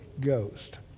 Ghost